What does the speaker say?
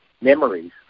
memories